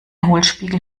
hohlspiegel